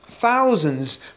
Thousands